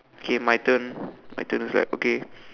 okay my turn my turn to start okay